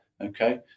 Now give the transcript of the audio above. okay